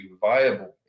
viable